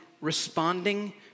responding